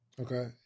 Okay